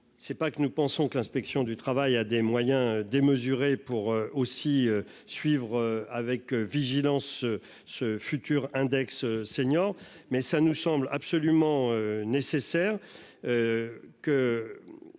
C'est pas que nous pensons que l'inspection du travail a des moyens démesurés pour aussi suivre avec vigilance ce futur index seniors mais ça nous semble absolument nécessaire.